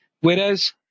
Whereas